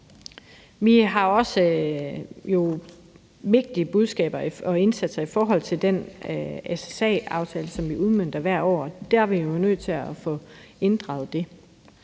Vi har jo også vigtige budskaber og indsatser i forhold til den SSA-aftale, som vi udmønter hvert år; der er vi jo nødt til at få inddraget det.